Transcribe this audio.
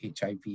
HIV